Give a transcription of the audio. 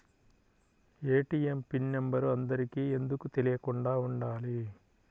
ATM PIN number అందరికి ఎందుకు తెలియకుండా ఉండాలి?